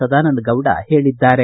ಸದಾನಂದ ಗೌಡ ಹೇಳದ್ದಾರೆ